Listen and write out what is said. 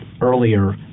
earlier